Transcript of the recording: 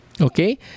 Okay